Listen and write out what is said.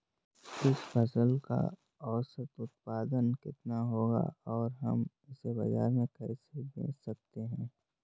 इस फसल का औसत उत्पादन कितना होगा और हम इसे बाजार में कैसे बेच सकते हैं?